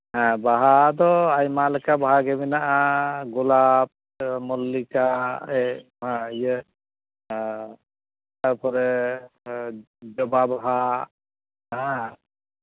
ᱦᱮᱸ ᱵᱟᱦᱟ ᱫᱚ ᱟᱭᱢᱟ ᱞᱮᱠᱟ ᱵᱟᱦᱟᱜᱮ ᱢᱮᱱᱟᱜᱼᱟ ᱜᱳᱞᱟᱯ ᱢᱚᱞᱞᱤᱠᱟ ᱮᱸᱜ ᱤᱭᱟᱹ ᱮᱸᱜ ᱛᱟᱨᱯᱚᱨᱮ ᱡᱚᱵᱟ ᱵᱟᱦᱟ ᱦᱮᱸ